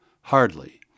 Hardly